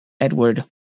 Edward